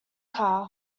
car